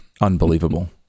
Unbelievable